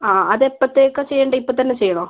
അ അത് എപ്പോഴത്തേക്കാണ് ചെയ്യേണ്ടത് ഇപ്പോൾ തന്നെ ചെയ്യണോ